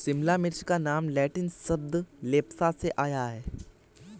शिमला मिर्च का नाम लैटिन शब्द लेप्सा से आया है